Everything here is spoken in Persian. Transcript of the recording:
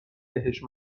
بهش